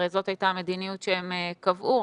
הרי זו הייתה המדיניות שהם קבעו,